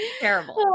terrible